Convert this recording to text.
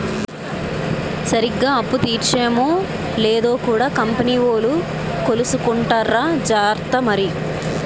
సరిగ్గా అప్పు తీర్చేమో లేదో కూడా కంపెనీ వోలు కొలుసుకుంటార్రా జార్త మరి